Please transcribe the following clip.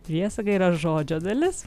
priesaga yra žodžio dalis